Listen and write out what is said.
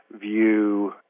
view